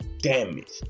damaged